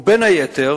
ובין היתר